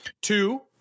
Two